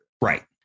Right